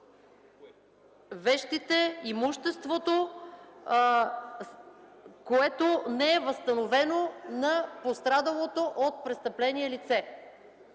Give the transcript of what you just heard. вещите, имуществото, което не е възстановено на пострадалото от престъпление лице.